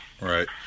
Right